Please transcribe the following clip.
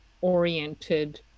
oriented